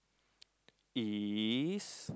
is